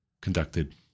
conducted